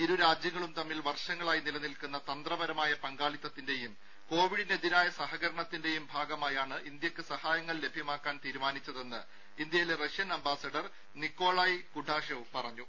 ഇരു രാജ്യങ്ങളും തമ്മിൽ വർഷങ്ങളായി നിലനിൽക്കുന്ന തന്ത്രപരമായ പങ്കാളിത്തത്തിന്റെയും കോവിഡിന് എതിരായ സഹകരണത്തിന്റെയും ഭാഗമായാണ് ഇന്ത്യയ്ക്ക് സഹായങ്ങൾ ലഭ്യമാക്കാൻ തീരുമാനിച്ചതെന്ന് ഇന്ത്യയിലെ റഷ്യൻ അംബാസഡർ നിക്കോളായ് കുഡാഷെവ് പറഞ്ഞു